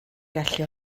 gallu